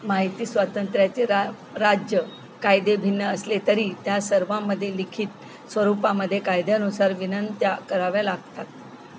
माहिती स्वातंत्र्याचे रा राज्य कायदे भिन्न असले तरी त्या सर्वांमध्ये लिखित स्वरूपामध्ये कायद्यानुसार विनंत्या कराव्या लागतात